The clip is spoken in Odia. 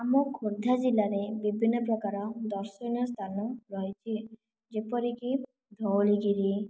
ଆମ ଖୋର୍ଦ୍ଧା ଜିଲ୍ଲାରେ ବିଭିନ୍ନ ପ୍ରକାର ଦର୍ଶନୀୟ ସ୍ଥାନ ରହିଛି ଯେପରିକି ଧଉଳିଗିରି